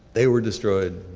they were destroyed,